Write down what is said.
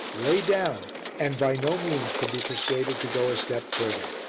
lay down and by no means could be persuaded to go a step further.